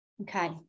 Okay